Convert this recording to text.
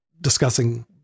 discussing